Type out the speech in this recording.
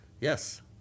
yes